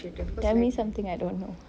tell me something I don't know